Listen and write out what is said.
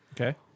Okay